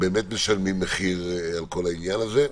באמת משלמים מחיר על כל העניין הזה.